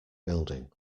building